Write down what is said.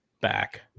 back